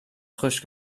frisch